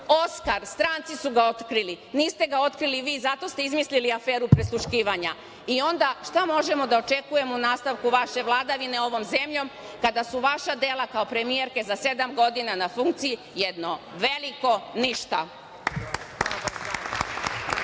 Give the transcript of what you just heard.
Oskar. Stranci su ga otkrili, niste ga otkrili vi. Zato ste izmislili aferu prisluškivanja. Onda, šta možemo da očekujemo u nastavku vaše vladavine ovom zemljom kada su vaša dela kao premijerke za sedam godina na funkciji jedno veliko ništa?